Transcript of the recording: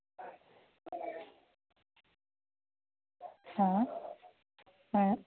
ᱦᱮᱸ ᱦᱮᱸ